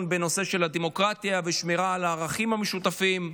בנושא של הדמוקרטיה ושמירה על הערכים המשותפים.